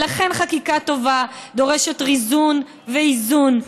ולכן "חקיקה טובה דורשת ריסון ואיזון",